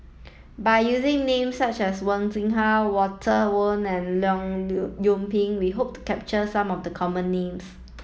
by using names such as Wen Jinhua Walter Woon and Leong Yoon Pin we hope to capture some of the common names